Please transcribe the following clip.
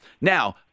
Now